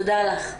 תודה לך.